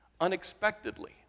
unexpectedly